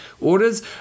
Orders